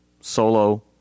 solo